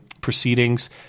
proceedings